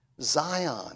Zion